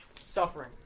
Suffering